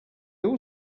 all